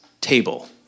table